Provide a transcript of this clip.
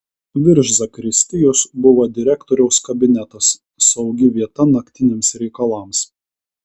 virš zakristijos buvo direktoriaus kabinetas saugi vieta naktiniams reikalams